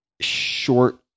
short